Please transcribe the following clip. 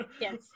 Yes